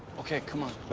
okay, come on,